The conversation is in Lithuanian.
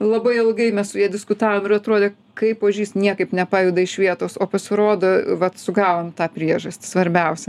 labai ilgai mes su ja diskutavom ir atrodė kaip ožys niekaip nepajuda iš vietos o pasirodo vat sugavom tą priežastį svarbiausią